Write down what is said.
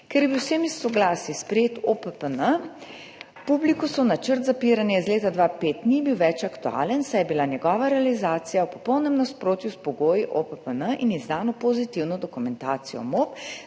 Ker je bil z vsemi soglasji sprejet OPPN, načrt podjetja PUBLIKUS iz leta 2005 ni bil več aktualen, saj je bila njegova realizacija v popolnem nasprotju s pogoji OOPN in izdano pozitivno dokumentacijo MOP,